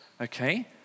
okay